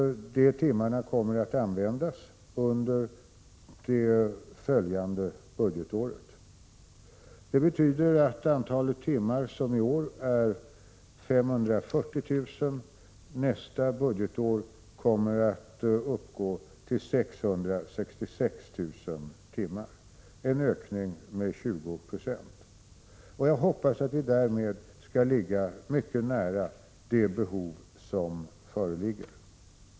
De timmarna kommer att användas under det följande budgetåret. Det betyder att antalet timmar, som i år är 540 000, nästa budgetår kommer att uppgå till 666 000 timmar, en ökning med 20 96. Jag hoppas att vi därmed skall ligga mycket nära det behov som föreligger.